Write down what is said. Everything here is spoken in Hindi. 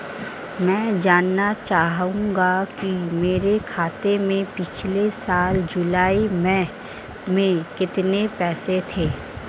मैं जानना चाहूंगा कि मेरे खाते में पिछले साल जुलाई माह में कितने पैसे थे?